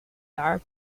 are